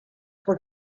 fue